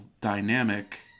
dynamic